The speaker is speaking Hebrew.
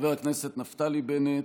חבר הכנסת נפתלי בנט,